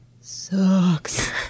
sucks